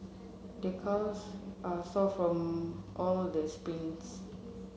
the calves are sore from all the sprints